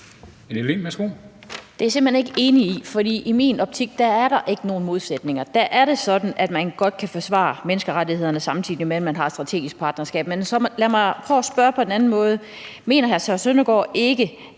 Det er jeg simpelt hen ikke enig i, for i min optik er der ikke nogen modsætninger. Der er det sådan, at man godt kan forsvare menneskerettighederne, samtidig med at man har et strategisk partnerskab. Men så lad mig prøve at spørge på en anden måde. Mener hr. Søren Søndergaard ikke,